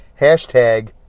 hashtag